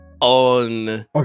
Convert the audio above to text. on